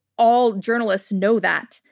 all journalists know that.